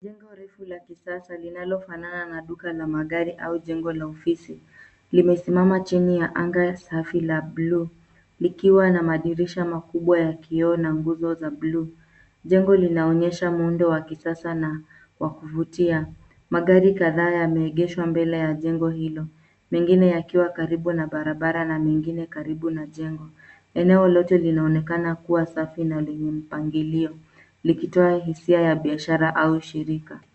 Jengo refu la kisasa linalofanana na duka la magari au jengo la ofisi. Limesimama chini ya anga safi la bluu likiwa na madirisha makubwa ya kioo na nguzo za bluu. Jengo linaonyesha muundo wa kisasa na wa kuvutia. Magari kadhaa yameegeshwa mbele ya jengo hilo, mengine yakiwa karibu na barabara na mengine karibu na jengo. Eneo lote linaonekana kuwa safi na lenye mpangilio. Likitoa hisia ya biashara au shirika.